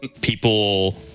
people